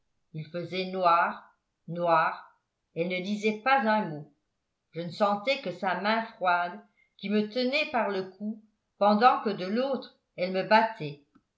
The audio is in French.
il faisait noir noir elle ne disait pas un mot je ne sentais que sa main froide qui me tenait par le cou pendant que de l'autre elle me battait